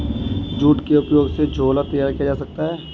jute के उपयोग से झोला तैयार किया जाता है